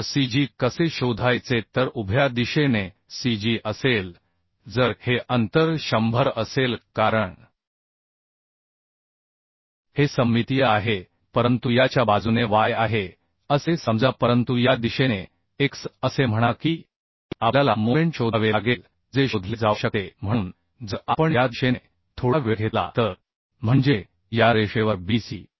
तर cg कसे शोधायचे तर उभ्या दिशेने cg असेल जर हे अंतर 100 असेल कारण हे सममितीय आहे परंतु याच्या बाजूने y आहे असे समजा परंतु या दिशेने x असे म्हणा की आपल्याला मोमेंट शोधावे लागेल जे शोधले जाऊ शकते म्हणून जर आपण या दिशेने थोडा वेळ घेतला तर म्हणजे या रेषेवर BC